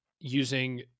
using